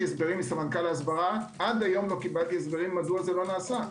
הסברים מסמנכ"ל ההסברה - עד היום לא קיבלתי הסברים מדוע לא נעשה.